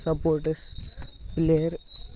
sports player